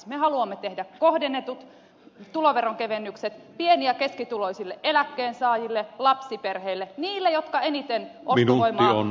me haluamme tehdä kohdennetut tuloveronkevennykset pieni ja keskituloisille eläkkeensaajille lapsiperheille niille jotka eniten ostovoimaa tarvitsevat